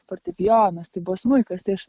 fortepijonas tai buvo smuikas tai aš